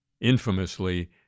infamously